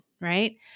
Right